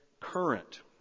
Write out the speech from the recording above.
current